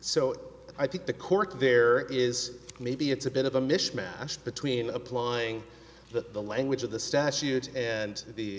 so i think the court there is maybe it's a bit of a mishmash between applying that the language of the statute and the